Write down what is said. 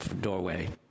doorway